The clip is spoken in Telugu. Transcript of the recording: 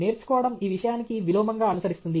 నేర్చుకోవడం ఈ విషయానికి విలోమంగా అనుసరిస్తుంది